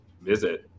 visit